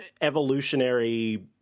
evolutionary